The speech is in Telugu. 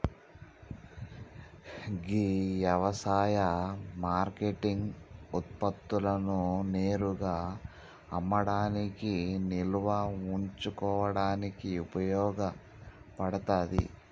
గీ యవసాయ మార్కేటింగ్ ఉత్పత్తులను నేరుగా అమ్మడానికి నిల్వ ఉంచుకోడానికి ఉపయోగ పడతాది